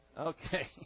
Okay